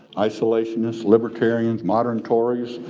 isolationist, libertarians, modern tories,